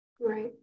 Right